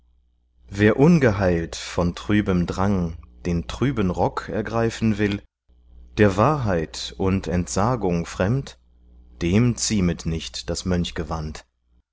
wer ungeheilt von trübem drang den trüben rock ergreifen will der wahrheit und entsagung fremd dem ziemet nicht das